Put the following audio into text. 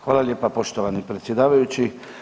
Hvala lijepa poštovani predsjedavajući.